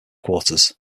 quarters